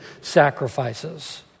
sacrifices